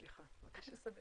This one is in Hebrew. סליחה, בבקשה.